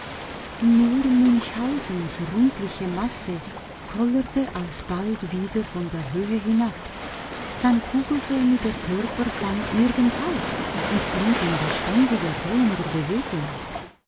nur münchhausens rundliche masse kollerte alsbald wieder von der höhe hinab sein kugelförmiger körper fand nirgends halt und blieb in beständiger rollender bewegung